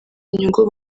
inyungu